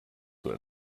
what